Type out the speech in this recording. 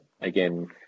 Again